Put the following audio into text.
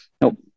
Nope